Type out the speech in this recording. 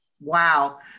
Wow